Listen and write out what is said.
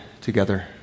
together